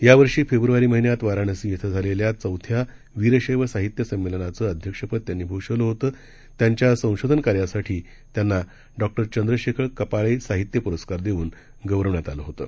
यावर्षी फेब्रवारी महिन्यात वाराणसी इथं झालेल्या चौथ्या वीरशद्ध साहित्य संमेलनाचं अध्यक्षपद त्यांनी भुषवलं होतं त्यांच्या संशोधन कार्यासाठी त्यांना डॉ चंद्रशेखर कपाळे साहित्य पुरस्कार देऊन गौरवण्यात आलं होतं